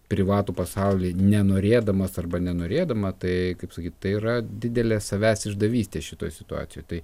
privatų pasaulį nenorėdamas arba nenorėdama tai kaip sakyt tai yra didelė savęs išdavystė šitoj situacijoj tai